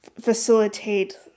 facilitate